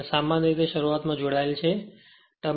અને સામાન્ય રીતે શરૂઆતમાં જોડાયેલ છે